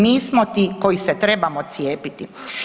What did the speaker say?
Mi smo ti koji se trebamo cijepiti.